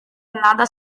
another